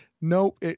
nope